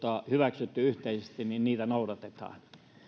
hyväksytty yhteisesti noudatetaan